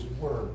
word